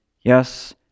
yes